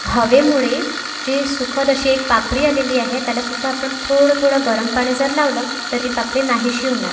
हवेमुळे जी सुखद अशी एक पापडी आलेली आहे त्याला सुद्धा आपण थोडं थोडं गरम पाणी जर लावलं तर ही पापडी नाहीशी होणार